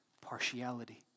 partiality